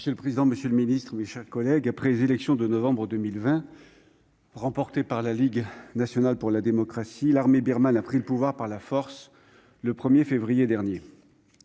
Monsieur le président, monsieur le ministre, mes chers collègues, après les élections de novembre 2020 remportées par la Ligue nationale pour la démocratie, l'armée birmane a pris le pouvoir par la force le 1 février dernier.